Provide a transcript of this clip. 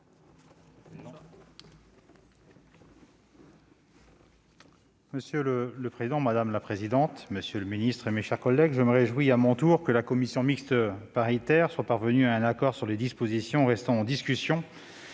Monsieur le président, monsieur le secrétaire d'État, mes chers collègues, je me réjouis à mon tour que la commission mixte paritaire soit parvenue à un accord sur les dispositions restant en discussion